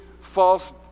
false